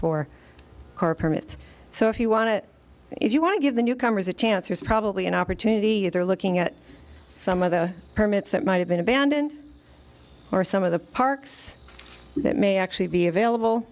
for our permits so if you want to if you want to give the newcomers a chance there's probably an opportunity if they're looking at some of the permits that might have been abandoned or some of the parks that may actually be available